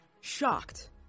shocked